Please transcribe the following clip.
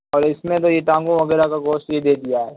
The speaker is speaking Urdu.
اور اس میں وہی ٹانگوں وغیرہ کا گوشت بھی دے دیا ہے